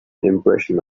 impression